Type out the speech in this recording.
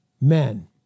men